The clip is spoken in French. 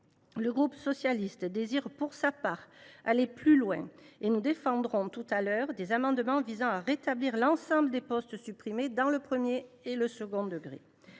et Républicain désire, pour sa part, aller plus loin. Nous défendrons tout à l’heure des amendements tendant à rétablir l’ensemble des postes supprimés dans le premier et le second degré.